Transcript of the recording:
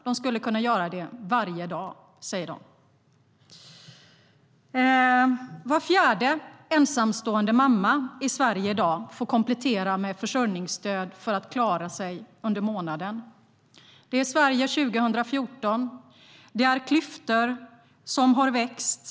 De skulle kunna göra det varje dag, säger de. Var fjärde ensamstående mamma i Sverige i dag får komplettera med försörjningsstöd för att klara sig under månaden. Det är Sverige 2014. Klyftorna har växt.